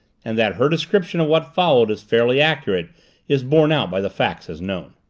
and that her description of what followed is fairly accurate is borne out by the facts as known.